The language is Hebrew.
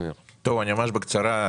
ממש בקצרה.